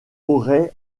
auray